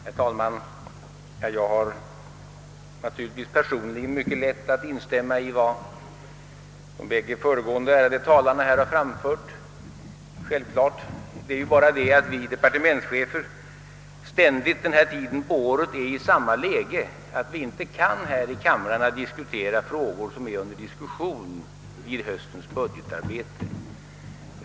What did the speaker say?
Herr talman! Jag har naturligtvis personligen mycket lätt att instämma i vad de två föregående ärade talarna anfört. Det är bara det att vi departementschefer vid denna tid på året ständigt befinner oss i samma läge, nämligen att vi i kamrarna inte kan diskutera frågor som är under behandling i samband med höstens budgetarbete.